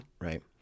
Right